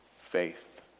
faith